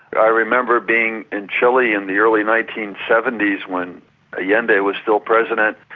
i remember being in chile in the early nineteen seventy s when allende was still president,